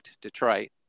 Detroit